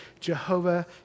Jehovah